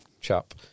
chap